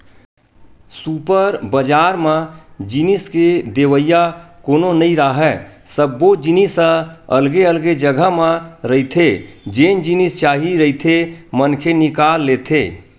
super बजार म जिनिस के देवइया कोनो नइ राहय, सब्बो जिनिस ह अलगे अलगे जघा म रहिथे जेन जिनिस चाही रहिथे मनखे निकाल लेथे